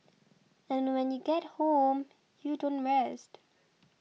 and when you get home you don't rest